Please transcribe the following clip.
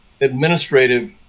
administrative